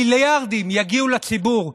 המיליארדים יגיעו לציבור.